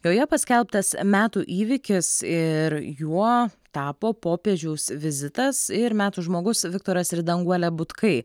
joje paskelbtas metų įvykis ir juo tapo popiežiaus vizitas ir metų žmogus viktoras ir danguolė butkai